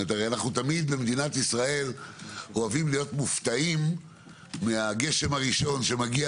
הרי תמיד במדינת ישראל אוהבים להיות מופתעים מהגשם הראשון שמגיע